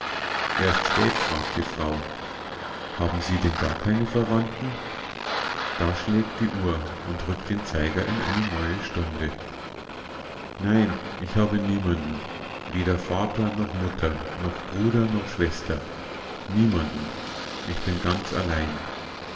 erst spät fragt die frau haben sie denn gar keine verwandten da schlägt die uhr und rückt den zeiger in eine neue stunde nein ich habe niemanden weder vater noch mutter noch bruder noch schwester niemanden ich bin ganz allein